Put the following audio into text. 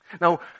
Now